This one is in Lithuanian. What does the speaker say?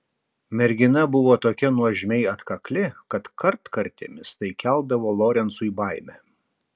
mergina buvo tokia nuožmiai atkakli kad kartkartėmis tai keldavo lorencui baimę